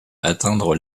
atteindre